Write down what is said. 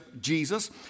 Jesus